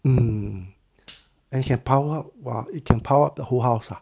hmm and it can power up !wow! it can power up the whole house ah